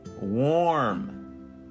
warm